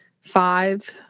five